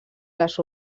les